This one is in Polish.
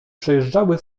przejeżdżały